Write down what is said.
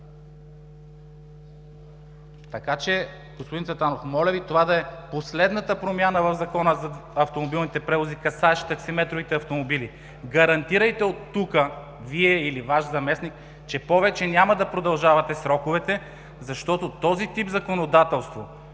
документи? Господин Цветанов, моля Ви това да е последната промяна в Закона за автомобилните превози, касаеща таксиметровите автомобили. Гарантирайте от тук – Вие или Ваш заместник, че повече няма да продължавате сроковете, защото този тип законодателство,